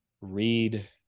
Read